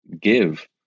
give